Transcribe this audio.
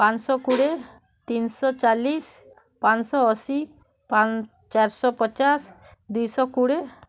ପାଞ୍ଚଶହ କୋଡ଼ିଏ ତିନିଶହ ଚାଳିଶ ପାଞ୍ଚଶହ ଅଶୀ ଚାରିଶହ ପଚାଶ ଦୁଇଶହ କୋଡ଼ିଏ